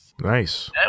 Nice